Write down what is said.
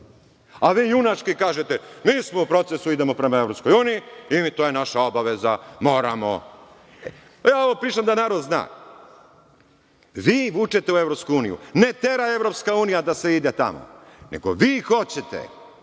A, vi junački kažete – mi smo u procesu, idemo prema EU, i to je naša obaveza, moramo. Ovo pričam da narod zna. Vi vučete u EU, ne tera EU da se ide tamo, nego vi hoćete.